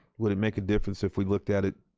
would it make a difference if we looked at it,